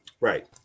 right